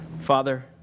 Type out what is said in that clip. Father